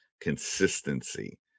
consistency